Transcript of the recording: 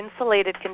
insulated